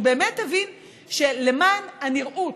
הוא באמת הבין שלמען הנראות,